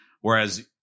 Whereas